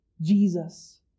Jesus